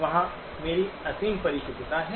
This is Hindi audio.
वहां मेरी असीम परिशुद्धता है